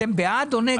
אתם בעד או נגד?